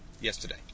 yesterday